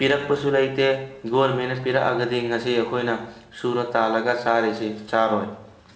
ꯄꯤꯔꯛꯄꯁꯨ ꯂꯩꯇꯦ ꯒꯣꯔꯃꯦꯟꯅ ꯄꯤꯔꯛꯑꯒꯗꯤ ꯉꯁꯤ ꯑꯩꯈꯣꯏꯅ ꯁꯨꯔ ꯇꯥꯜꯂꯒ ꯆꯥꯔꯤꯁꯤ ꯆꯥꯔꯣꯏ